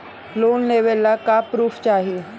Loan लेवे ला का पुर्फ चाही?